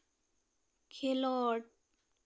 ᱠᱷᱮᱞᱳᱰ